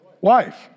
wife